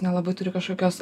nelabai turi kažkokios